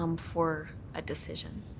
um for a decision.